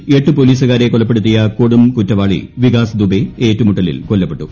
P യിൽ എട്ടു പോലീസുകാരെ കൊലപ്പെടുത്തിയ കൊടും കുറ്റവാളി വികാസ് ദുബെ ഏറ്റുമുട്ടലിൽ കൊല്ലപ്പെട്ടു